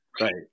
Right